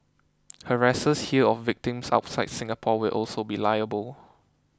harassers here of victims outside Singapore will also be liable